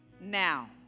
now